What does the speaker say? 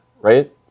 right